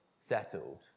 settled